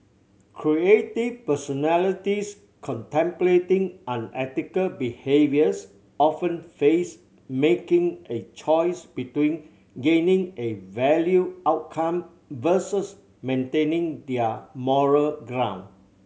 creative personalities contemplating unethical behaviours often face making a choice between gaining a valued outcome versus maintaining their moral ground